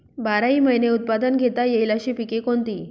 बाराही महिने उत्पादन घेता येईल अशी पिके कोणती?